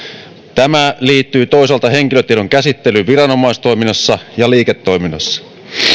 tämä liittyy toisaalta henkilötiedon käsittelyyn viranomaistoiminnassa ja liiketoiminnassa